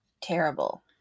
terrible